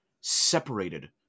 separated